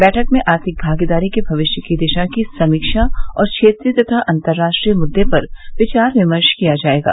बैठक में आर्थिक भागीदारी के भविष्य के दिशा की समीक्षा और क्षेत्रीय तथा अंतर्राष्ट्रीय मुद्दों पर विचार विमर्श किया जाएगा